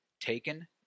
taken